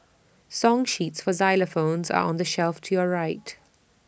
song sheets for xylophones are on the shelf to your right